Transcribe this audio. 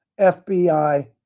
FBI